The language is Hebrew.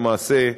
למעשה,